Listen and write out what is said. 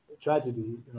tragedy